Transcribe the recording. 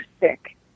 sick